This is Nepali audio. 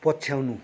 पछ्याउनु